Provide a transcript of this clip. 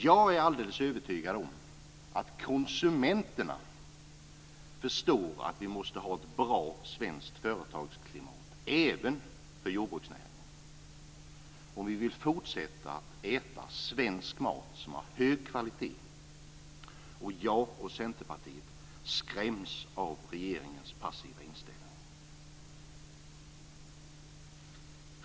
Jag är alldeles övertygad om att konsumenterna förstår att vi måste ha ett bra svenskt företagsklimat, även för jordbruksnäringen, om vi vill fortsätta att äta svensk mat som har hög kvalitet. Jag och Centerpartiet skräms av regeringens passiva inställning.